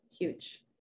huge